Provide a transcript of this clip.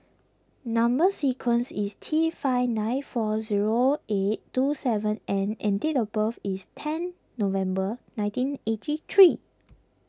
Number Sequence is T five nine four zero eight two seven N and date of birth is ten November nineteen eighty three